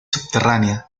subterránea